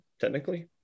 technically